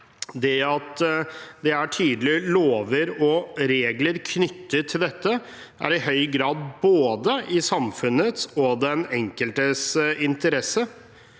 Det at det er tyde lige lover og regler knyttet til dette, er i høy grad i både samfunnets og den enkeltes interesse,